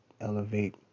elevate